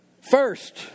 First